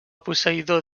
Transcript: posseïdor